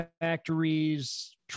factories